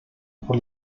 por